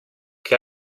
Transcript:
che